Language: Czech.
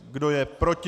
Kdo je proti?